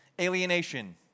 alienation